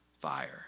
Fire